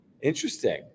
Interesting